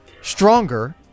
stronger